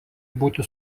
būti